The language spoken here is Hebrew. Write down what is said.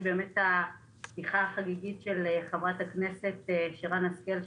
יש שיחה חגיגית של חברת הכנסת שרן השכל,